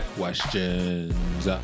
questions